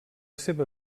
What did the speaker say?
seva